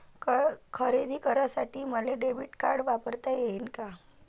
खरेदी करासाठी मले डेबिट कार्ड वापरता येईन का?